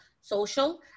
social